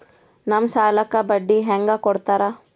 ನಮ್ ಸಾಲಕ್ ಬಡ್ಡಿ ಹ್ಯಾಂಗ ಕೊಡ್ತಾರ?